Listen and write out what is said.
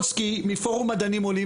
מפורום מדענים עולים,